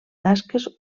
tasques